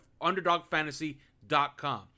underdogfantasy.com